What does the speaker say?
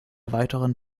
weiteren